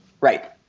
Right